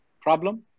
problem